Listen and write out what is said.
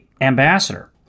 ambassador